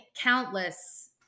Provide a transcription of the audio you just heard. countless